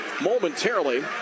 momentarily